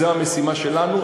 זו המשימה שלנו.